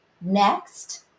next